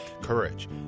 Courage